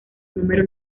número